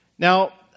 Now